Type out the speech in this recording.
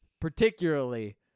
particularly